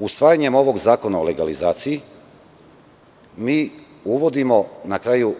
Usvajanjem ovog zakona o legalizaciji mi uvodimo, na kraju